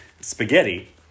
SPAGHETTI